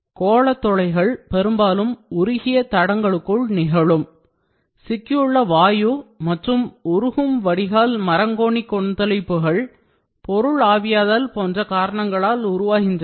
கோளத் துளைகள் பெரும்பாலும் உருகிய தடங்களுக்குள் நிகளும் சிக்கியுள்ள வாயு மற்றும் உருகும் வடிகால் மரங்கோனி கொந்தளிப்புகள் பொருள் ஆவியாதல் போன்ற காரணங்களால் உருவாகின்றன